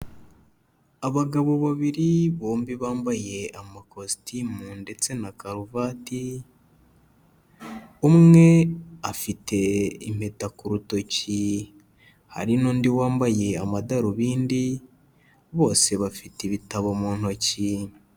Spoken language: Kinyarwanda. Abagabo babiri bombi bambaye amakositimu ndetse na karuvati, umwe afite impeta ku rutoki, hari n'undi wambaye amadarubindi, bose bafite ibitabo mu ntoki.